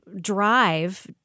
drive